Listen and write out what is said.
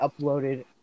uploaded